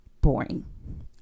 boring